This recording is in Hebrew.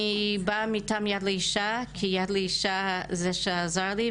אני באה מטעם יד לאישה כי יד לאישה הם אלו שעזרו לי,